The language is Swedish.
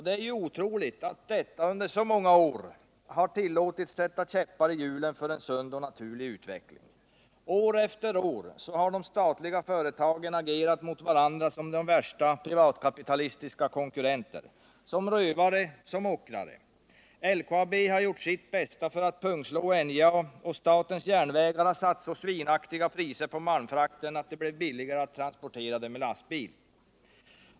Det är otroligt att detta under så många år har tillåtits att sätta käppar i hjulen för en sund och naturlig utveckling. År efter år har de statliga företagen agerat mot varandra som de värsta privatkapitalistiska konkurrenter, som rövare och som ockrare. LKAB har gjort sitt bästa för att pungslå NJA, och statens järnvägar har satt så svinaktiga priser på malmfrakten att det blev billigare att transportera med lastbil.